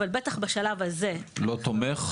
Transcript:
אבל בטח בשלב הזה --- לא תומך?